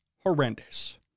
horrendous